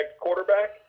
quarterback